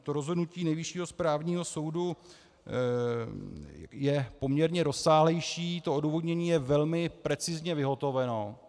To rozhodnutí Nejvyššího správního soudu je poměrně rozsáhlejší, to odůvodnění je velmi precizně vyhotoveno.